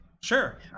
sure